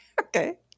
Okay